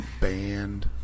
Band